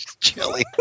Chili